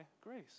grace